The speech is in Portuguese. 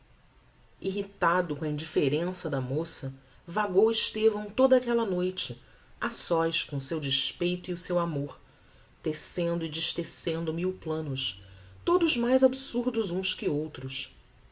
irritado com a indifferença da moça vagou estevão toda aquella noite a sós com o seu despeito e o seu amor tecendo e destecendo mil planos todos mais absurdos uns que outros